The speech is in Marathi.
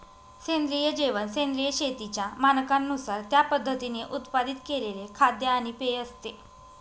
सेंद्रिय जेवण सेंद्रिय शेतीच्या मानकांनुसार त्या पद्धतीने उत्पादित केलेले खाद्य आणि पेय असते